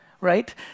Right